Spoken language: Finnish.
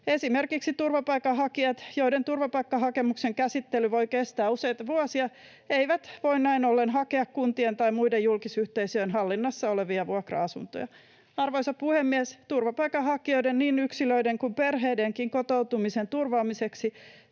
Esimerkiksi turvapaikanhakijat, joiden turvapaikkahakemuksen käsittely voi kestää useita vuosia, eivät voi näin ollen hakea kuntien tai muiden julkisyhteisöjen hallinnassa olevia vuokra-asuntoja. Arvoisa puhemies! Turvapaikanhakijoiden, niin yksilöiden kuin perheidenkin, kotoutumisen turvaamiseksi